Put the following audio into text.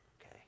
okay